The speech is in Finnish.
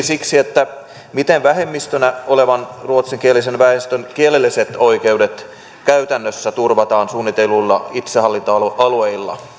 siksi miten vähemmistönä olevan ruotsinkielisen väestön kielelliset oikeudet käytännössä turvataan suunnitelluilla itsehallintoalueilla